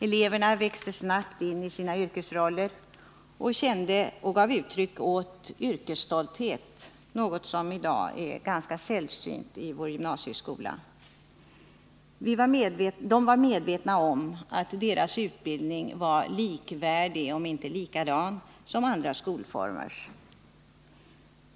Eleverna växte snabbt in i sina yrkesroller och kände och gav uttryck åt yrkesstolthet — något som i dag är ganska sällsynt i vår gymnasieskola. De var medvetna om att deras utbildning var, om inte likadan, så dock likvärdig med andra skolformers.